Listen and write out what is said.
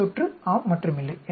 we தொற்று ஆம் மற்றும் இல்லை